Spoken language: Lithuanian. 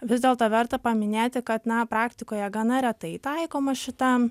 vis dėlto verta paminėti kad na praktikoje gana retai taikomas šita